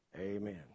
Amen